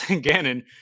Gannon